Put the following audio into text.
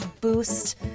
boost